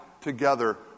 together